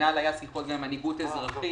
גם היו שיחות עם מנהיגות אזרחית.